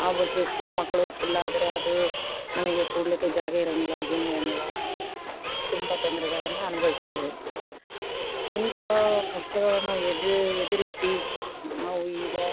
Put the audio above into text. ಆ bus school ಮಕ್ಕಳು full ಆದರೆ ಅದು ನಮಗೆ ಕೂಡ್ಲಿಕ್ಕೆ ಜಾಗ ಇರೋಂಗಿಲ್ಲ ಏನಿರಂಗಿಲ್ಲ ತುಂಬ ತೊಂದರೆಗಳನ್ನ ಅನುಭವಿಸಿದ್ದೇವೆ ಇಂಥ ಕಷ್ಟಗಳನ್ನು ಎದು ಎದುರಿಸಿ ನಾವು ಈಗ